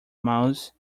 mouse